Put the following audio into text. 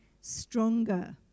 stronger